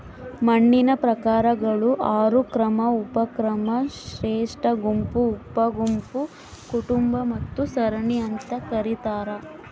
ಮಣ್ಣಿನ ಪ್ರಕಾರಗಳು ಆರು ಕ್ರಮ ಉಪಕ್ರಮ ಶ್ರೇಷ್ಠಗುಂಪು ಉಪಗುಂಪು ಕುಟುಂಬ ಮತ್ತು ಸರಣಿ ಅಂತ ಕರೀತಾರ